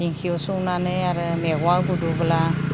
दिंखियाव सौनानै आरो मैगङा गोदौब्ला